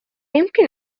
يمكن